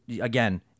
again